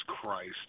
Christ